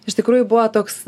iš tikrųjų buvo toks